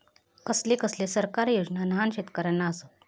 कसले कसले सरकारी योजना न्हान शेतकऱ्यांना आसत?